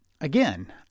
Again